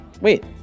Wait